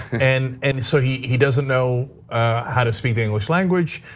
and and so he he doesn't know how to speak the english language.